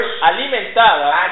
Alimentada